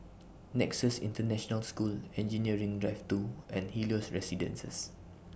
Nexus International School Engineering Drive two and Helios Residences